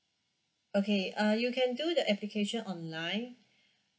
okay uh you can do the application online